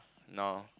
now